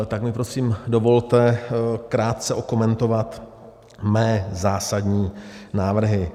Tak mi prosím dovolte krátce okomentovat moje zásadní návrhy.